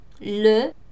le